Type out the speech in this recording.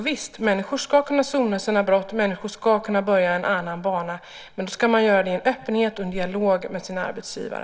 Visst: Människor ska kunna sona sina brott, och människor ska kunna börja en annan bana, men då ska man göra det i öppenhet och i en dialog med sin arbetsgivare.